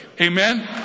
Amen